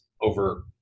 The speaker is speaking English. over